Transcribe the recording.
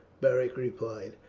beric replied.